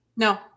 No